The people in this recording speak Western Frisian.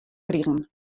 krigen